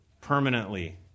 permanently